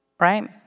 right